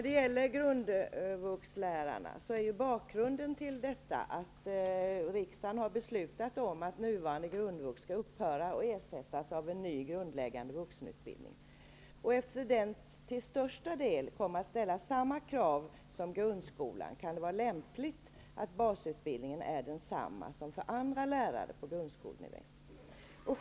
Beträffande grundvuxlärarna är bakgrunden att riksdagen har fattat beslut om att nuvarande grundvux skall upphöra och ersättas av en ny grundläggande vuxenutbildning. Eftersom den till största delen kommer att ställa samma krav som grundskolan, kan det vara lämpligt att basutbildningen är densamma som för andra lärare på grundskolenivå.